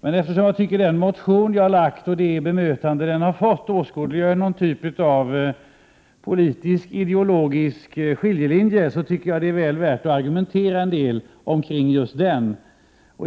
men eftersom jag tycker att den motion som jag har väckt och det bemötande som den har fått åskådliggör ett slags politisk-ideologisk skiljelinje, tycker jag att det är väl värt att argumentera en del kring just den.